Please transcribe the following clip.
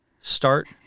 start